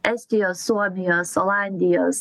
estijos suomijos olandijos